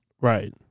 Right